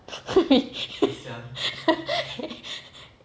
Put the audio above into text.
we